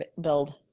build